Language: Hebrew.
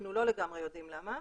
אנחנו לא לגמרי יודעים למה.